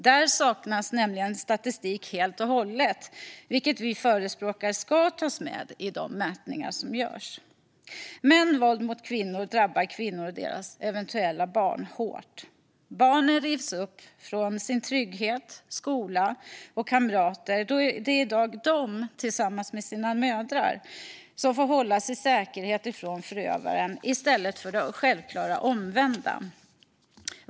Där saknas nämligen statistik helt och hållet, vilket vi förespråkar ska tas med i de mätningar som görs. Mäns våld mot kvinnor drabbar kvinnor och deras eventuella barn hårt. Barnen rivs upp från sin trygghet, skola och kamrater då det i dag är de som tillsammans med sina mödrar får hållas i säkerhet från förövaren i stället för det självklara omvända.